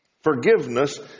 forgiveness